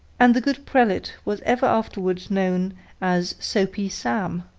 and the good prelate was ever afterward known as soapy sam.